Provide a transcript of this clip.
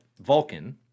Vulcan